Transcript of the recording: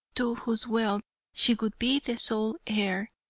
to whose wealth she would be the sole heir.